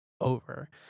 over